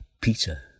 Peter